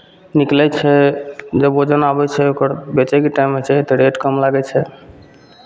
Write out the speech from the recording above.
निकलै छै जब वजन आबै छै ओकर बेचयके टाइम होइ छै तऽ रेट कम लागै छै